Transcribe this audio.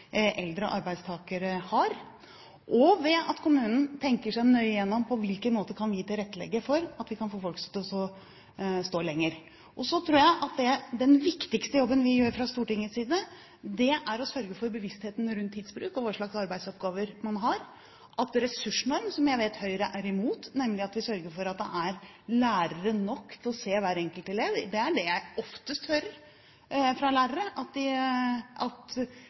eldre arbeidstakere har, og ved at kommunen tenker seg nøye om og finner ut på hvilken måte de kan tilrettelegge for å få folk til å stå lenger i jobb. Så tror jeg den viktigste jobben vi gjør fra Stortingets side, er å sørge for bevissthet rundt tidsbruk, hva slags arbeidsoppgaver man har, og at man har en ressursnorm – som jeg vet Høyre er imot – nemlig at vi sørger for at det er lærere nok til å se hver enkelt elev. Det er det jeg oftest hører fra lærere, at